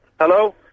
Hello